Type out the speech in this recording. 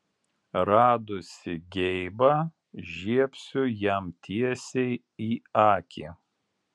radusi geibą žiebsiu jam tiesiai į akį